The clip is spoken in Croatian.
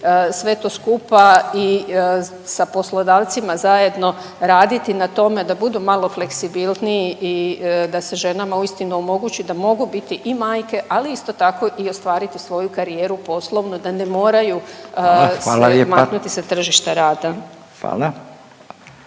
sve to skupa i sa poslodavcima zajedno raditi na tome da budu malo fleksibilniji i da se ženama uistinu omogući da mogu biti i majke, ali isto tako i ostvariti svoju karijeru poslovnu da ne moraju …/Upadica Radin: Hvala